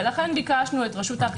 ולכן ביקשנו את רשות האכיפה והגבייה.